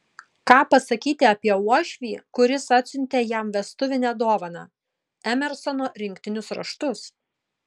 ką pasakyti apie uošvį kuris atsiuntė jam vestuvinę dovaną emersono rinktinius raštus